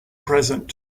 present